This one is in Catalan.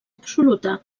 absoluta